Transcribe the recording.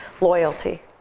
loyalty